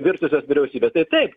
virtusios vyriausybės tai taip